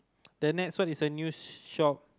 the next one is a news shop